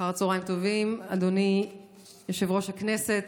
אחר צוהריים טובים, אדוני יושב-ראש הכנסת,